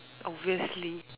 obviously